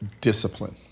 discipline